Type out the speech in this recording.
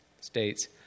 states